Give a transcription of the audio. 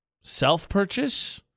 self-purchase